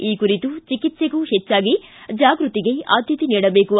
ಈ ಕುರಿತು ಚಿಕಿತ್ಸೆಗೂ ಹೆಚ್ಚಾಗಿ ಜಾಗೃತಿಗೆ ಆದ್ಯತೆ ನೀಡಬೇಕು